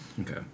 Okay